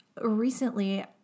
recently